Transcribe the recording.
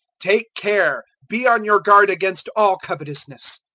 take care, be on your guard against all covetousness,